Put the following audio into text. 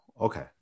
okay